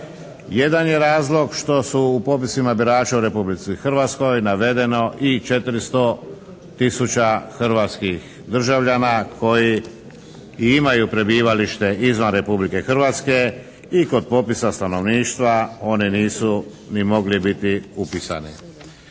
Jedan je razlog što su u popisima birača u Republici Hrvatskoj navedeno i 400000 hrvatskih državljana koji imaju prebivalište i izvan Republike Hrvatske i kod popisa stanovništva oni nisu ni mogli biti upisani.